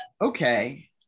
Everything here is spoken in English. Okay